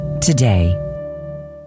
today